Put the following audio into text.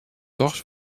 dochs